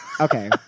Okay